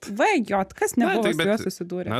v j kas nebuvo su juo susidūrę